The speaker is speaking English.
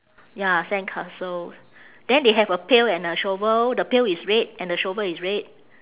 ya sandcastles then they have a pail and a shovel the pail is red and the shovel is red